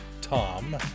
Tom